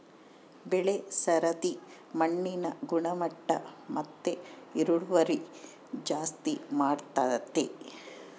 ಬೆಳೆ ಸರದಿ ಮಣ್ಣಿನ ಗುಣಮಟ್ಟ ಮತ್ತೆ ಇಳುವರಿ ಜಾಸ್ತಿ ಮಾಡ್ತತೆ